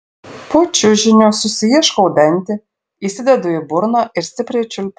po čiužiniu susiieškau dantį įsidedu į burną ir stipriai čiulpiu